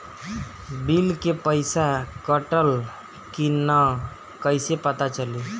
Bill के पइसा कटल कि न कइसे पता चलि?